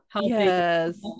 Yes